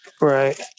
Right